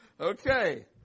Okay